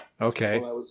Okay